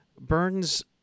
Burns